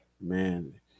man